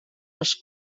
els